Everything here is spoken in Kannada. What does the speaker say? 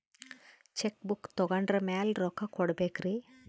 ಚೆಕ್ ಬುಕ್ ತೊಗೊಂಡ್ರ ಮ್ಯಾಲೆ ರೊಕ್ಕ ಕೊಡಬೇಕರಿ?